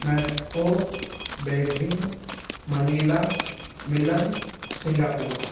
Moscow Beijing Manila Milan Singapore